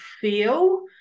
feel